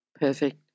Perfect